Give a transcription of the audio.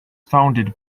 founded